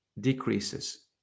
decreases